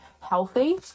healthy